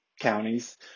counties